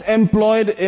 employed